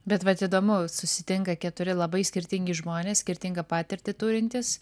bet vat įdomu susitinka keturi labai skirtingi žmonės skirtingą patirtį turintys